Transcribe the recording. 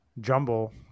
jumble